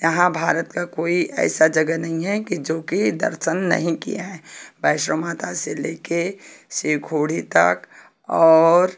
यहाँ भारत का कोई ऐसा जगह नहीं है कि जो कि दर्शन नहीं किए हैं वैष्णो माता से ले कर शिव खोड़ी तक और